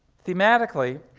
thematically,